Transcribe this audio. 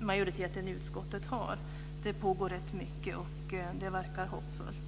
majoriteten i utskottet har. Det pågår rätt mycket, och det verkar hoppfullt.